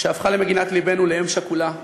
שהפכה למגינת לבנו לאם שכולה,